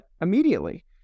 immediately